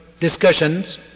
discussions